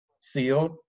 sealed